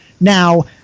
Now